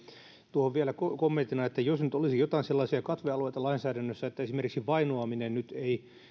tuohon vielä kommenttina että jos nyt olisi joitain sellaisia katvealueita lainsäädännössä että esimerkiksi vainoaminen nyt ei